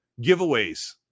giveaways